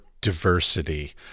diversity